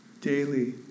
daily